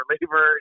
reliever